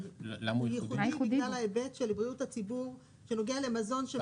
הוא ייחודי בגלל ההיבט של בריאות הציבור שנוגע למזון.